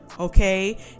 Okay